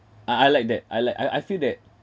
ah I like that I like I I feel that